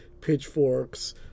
pitchforks